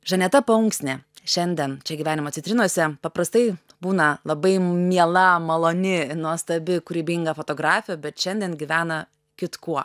žaneta paunksnė šiandien čia gyvenimo citrinose paprastai būna labai miela maloni nuostabi kūrybinga fotografė bet šiandien gyvena kitkuo